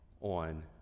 on